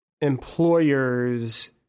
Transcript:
employers